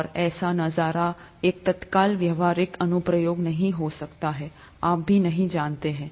और ऐसा नजारा एक तत्काल व्यावहारिक अनुप्रयोग नहीं हो सकता है आप कभी नहीं जानते हैं